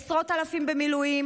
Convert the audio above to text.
עשרות אלפים במילואים,